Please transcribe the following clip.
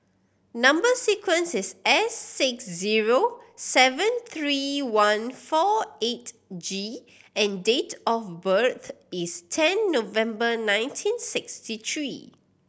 number sequence is S six zero seven three one four eight G and date of birth is ten November nineteen sixty three